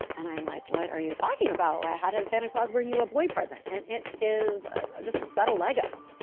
and i'm like what are you talking about. how does santa claus bring you a boy present. and it is ah just a set of legos.